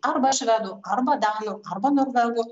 arba švedų arba danų arba norvegų